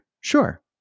Sure